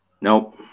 Nope